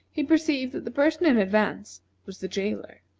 he perceived that the person in advance was the jailer.